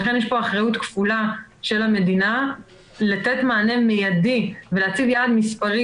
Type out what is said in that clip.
לכן יש פה אחריות כפולה של המדינה לתת מענה מיידי ולהציב יעד מספרי